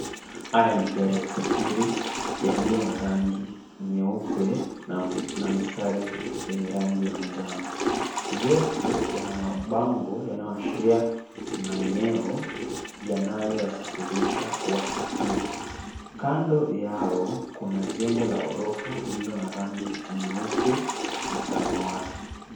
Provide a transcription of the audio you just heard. Haya ni magari ya usafiri yaliyo na rangi nyeupe na mistari yenye rangi ya manjano. Yote yana mabango yanaoashiria maeneo yanayo wasafirisha wasafiri. Kando yao kuna jengo la orofa lililo na rangi nyeupe na samawati.